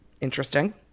Interesting